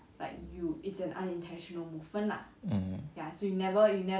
mm